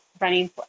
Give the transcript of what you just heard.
running